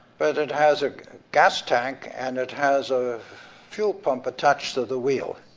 but it has a gas tank, and it has a fuel pump attached to the wheel.